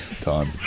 time